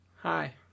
Hi